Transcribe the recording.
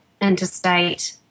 interstate